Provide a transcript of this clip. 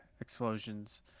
explosions